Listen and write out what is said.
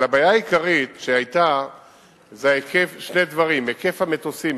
אבל הבעיה העיקרית היתה בשני דברים: היקף המטוסים,